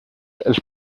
els